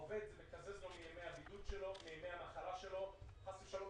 לעובד זה מקזז מימי המחלה שלו וחס ושלום,